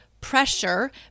pressure